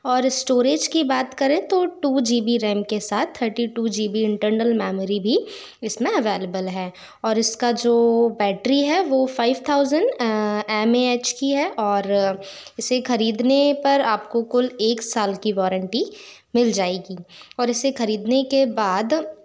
और स्टोरेज की बात करें तो टू जी बी रेम के साथ thirty two G B internal memory भी इसमें अवेलेबल है और इसका जो बैटरी है वो five thousand m A h की है और इसे खरीदने पर आपको कुल एक साल की वॉरंटी मिल जाएगी और इसे खरीदने के बाद